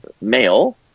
male